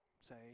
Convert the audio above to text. say